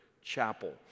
Chapel